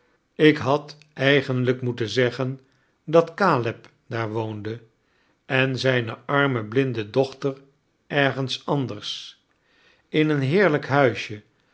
ik had eigenlijk moeten zeggan dat caleb daar woonde en zijne arme blinde dochter exgens anders in een heeirlijk huisje